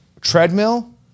treadmill